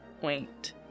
point